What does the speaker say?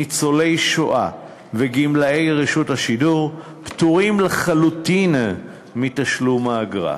ניצולי השואה וגמלאי רשות השידור פטורים לחלוטין מתשלום האגרה.